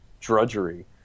drudgery